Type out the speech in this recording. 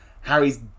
Harry's